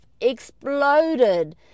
exploded